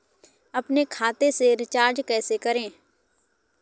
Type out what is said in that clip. अपने खाते से रिचार्ज कैसे करें?